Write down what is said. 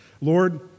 Lord